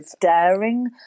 daring